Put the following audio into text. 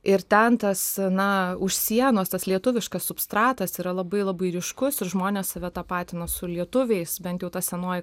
ir ten tas na už sienos tas lietuviškas substratas yra labai labai ryškus ir žmonės save tapatina su lietuviais bent jau ta senoji